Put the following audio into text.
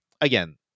again